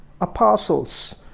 apostles